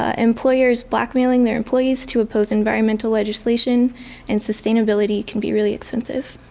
ah employers blackmailing their employees to oppose environmental legislation and sustainability can be really expensive.